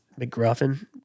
McGruffin